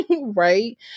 right